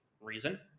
reason